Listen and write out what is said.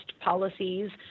Policies